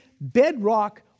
bedrock